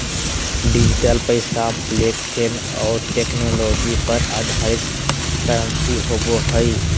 digital पैसा blockchain और technology पर आधारित करंसी होवो हइ